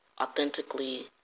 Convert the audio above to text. authentically